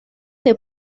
que